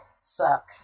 suck